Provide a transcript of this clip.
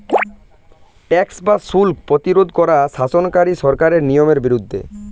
tax বা শুল্ক প্রতিরোধ করা শাসনকারী সরকারের নিয়মের বিরুদ্ধে